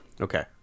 Okay